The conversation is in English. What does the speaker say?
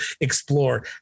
explore